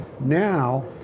Now